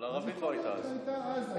אבל ערבית לא הייתה אז.